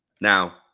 Now